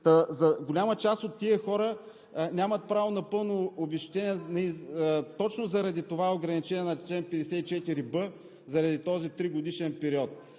Голяма част от тези хора нямат право на пълно обезщетение точно заради това ограничение в чл. 54б, заради този тригодишен период.